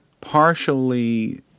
partially